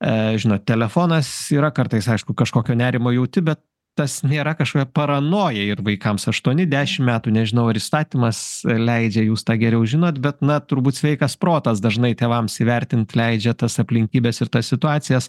e žinot telefonas yra kartais aišku kažkokio nerimą jauti bet tas nėra kažkokia paranoja ir vaikams aštuoni dešimt metų nežinau ar įstatymas leidžia jūs tą geriau žinot bet na turbūt sveikas protas dažnai tėvams įvertint leidžia tas aplinkybes ir tas situacijas